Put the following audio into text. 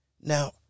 Now